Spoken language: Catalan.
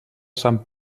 sant